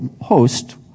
host